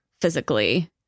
physically